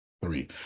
three